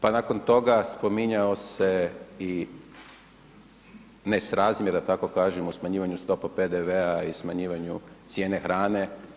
Pa nakon toga spominjao se i nesrazmjer da tako kažem u smanjivanju stopa PDV-a i smanjivanju cijene hrane.